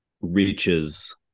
reaches